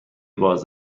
باز